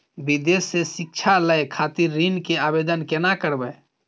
विदेश से शिक्षा लय खातिर ऋण के आवदेन केना करबे?